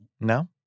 No